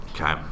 Okay